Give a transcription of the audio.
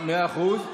מאה אחוז.